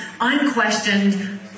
unquestioned